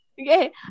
Okay